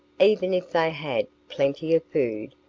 even if they had plenty of food,